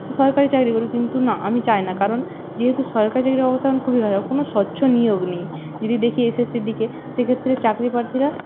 সে সরকারি চাকরি করুক কিন্তু না আমি চাই না কারণ যেহেতু সরকারি চাকরির অবস্থা এখন খুবই খারাপ কোনো স্বচ্ছ নিয়োগ নেই যদি দেখি এস এস সির দিকে সেক্ষেত্রে চাকরি প্রার্থীরা